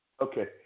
Okay